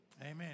Amen